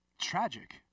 Tragic